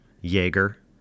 Jaeger